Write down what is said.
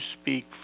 speak